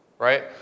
Right